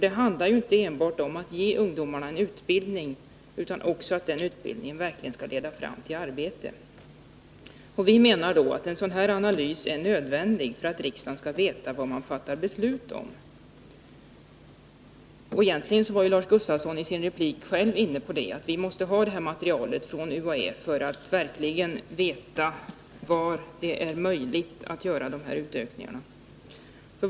Det handlar nämligen inte enbart om att ge ungdomarna en utbildning, utan också om att den utbildningen verkligen leder till att de även får arbete. Enligt vår mening är det alltså nödvändigt med en sådan analys för att riksdagens ledamöter skall veta vad de fattar beslut om. I själva verket var också Lars Gustafsson i sin replik inne på att det är nödvändigt med ett sådant material från UHÄ, så att vi verkligen kan få reda på var det är möjligt att göra utökningar.